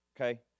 Okay